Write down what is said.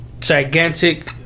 gigantic